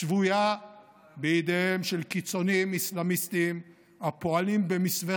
היא שבויה בידיהם של קיצונים אסלאמיים הפועלים במסווה